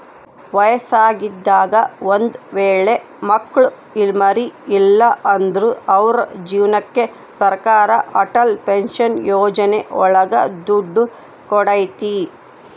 ವಯಸ್ಸಾಗಿದಾಗ ಒಂದ್ ವೇಳೆ ಮಕ್ಳು ಮರಿ ಇಲ್ಲ ಅಂದ್ರು ಅವ್ರ ಜೀವನಕ್ಕೆ ಸರಕಾರ ಅಟಲ್ ಪೆನ್ಶನ್ ಯೋಜನೆ ಒಳಗ ದುಡ್ಡು ಕೊಡ್ತೈತಿ